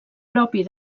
propi